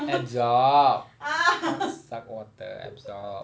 absorb what suck water absorb